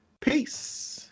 Peace